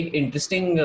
interesting